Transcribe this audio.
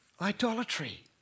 Idolatry